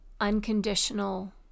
unconditional